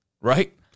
right